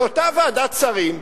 באותה ועדת שרים,